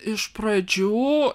iš pradžių